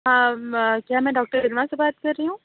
کیا میں ڈاکٹر علمیٰ سے بات کر رہی ہوں